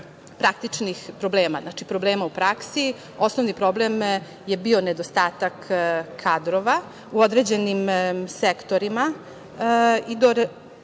praktičnih problema. Znači, problema u praksi. Osnovni problem je bio nedostatak kadrova u određenim sektorima i ta neka